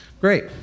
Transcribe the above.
great